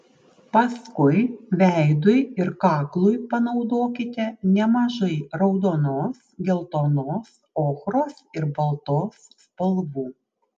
paskui veidui ir kaklui panaudokite nemažai raudonos geltonos ochros ir baltos spalvų